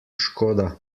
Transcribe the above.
škoda